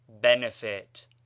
Benefit